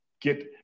get